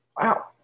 Wow